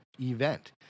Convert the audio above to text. event